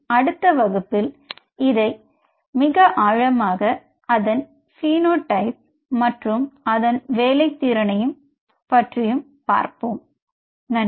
எனது அடுத்த வகுப்பில் இதை மிக ஆழமாக அதன் பீனோடைப் மற்றும் அதன் வேலை திறனையும் பார்ப்போம் நன்றி